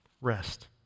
Rest